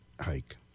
hike